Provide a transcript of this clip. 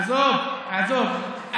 עזוב, עזוב.